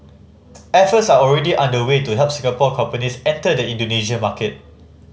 efforts are already underway to help Singapore companies enter the Indonesia market